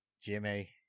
Jimmy